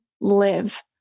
live